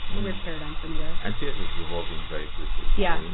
and weird paradigm for me to and css is evolving very quickly. yeah i mean